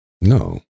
no